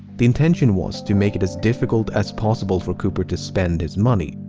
the intention was to make it as difficult as possible for cooper to spend his money.